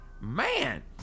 Man